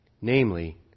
Namely